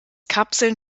kapseln